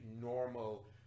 normal